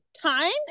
time